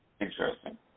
Interesting